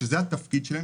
שזה התפקיד שלהם,